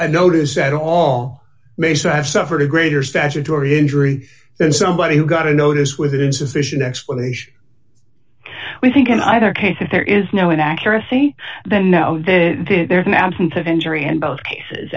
a notice at all may so have suffered a greater statutory injury and somebody who got a notice with insufficient explanation we think in either case if there is no accuracy the know that there is an absence of injury in both cases